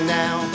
now